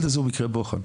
בוחן.